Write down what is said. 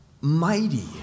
mighty